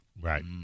Right